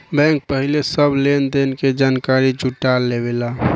bank पहिले सब लेन देन के जानकारी जुटा लेवेला